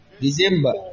December